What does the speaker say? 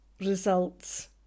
results